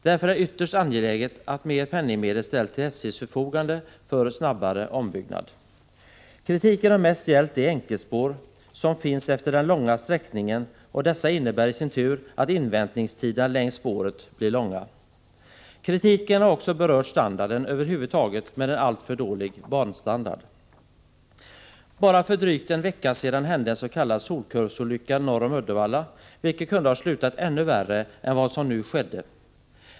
Därför är det ytterst angeläget att mer penningmedel ställs till SJ:s förfogande för snabbare ombyggnad. Kritiken har mest gällt de enkelspår som finns efter den långa sträckningen, och dessa innebär i sin tur att inväntningstiderna längs spåret blir långa. Kritiken har också berört standarden över huvud taget, med en alltför dålig banstandard. Bara för en dryg vecka sedan hände en s.k. solkurvsolycka norr om Uddevalla vilken kunde ha slutat ännu värre än vad som nu skedde.